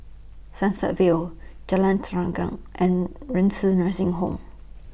Sunset Vale Jalan Terentang and Renci Nursing Home